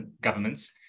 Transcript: governments